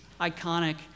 iconic